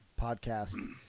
podcast